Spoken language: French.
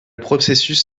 processus